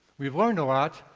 we've learned a lot,